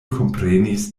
komprenis